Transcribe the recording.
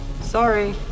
Sorry